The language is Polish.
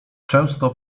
często